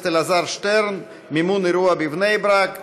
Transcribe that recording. הכנסת אלעזר שטרן: מימון אירוע בבני ברק,